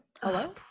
Hello